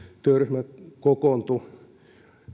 työryhmä kokoontui